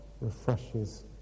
refreshes